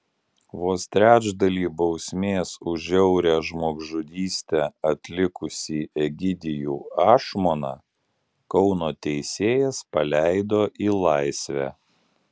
vos trečdalį bausmės už žiaurią žmogžudystę atlikusį egidijų ašmoną kauno teisėjas paleido į laisvę